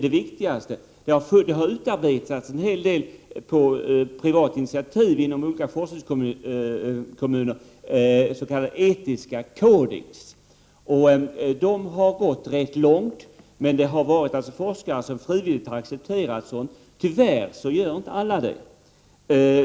87 På privat initiativ har det inom olika forskarkommuner utarbetats en hel del s.k. etiska kodexar, som har varit ganska långtgående. Det har då varit forskare som frivilligt har accepterat dessa. Tyvärr gör inte alla det.